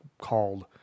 called